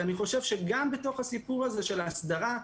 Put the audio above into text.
אני חושב שגם בתוך הסיפור הזה של ההסדרה,